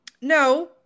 No